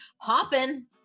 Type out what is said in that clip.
hopping